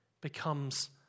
becomes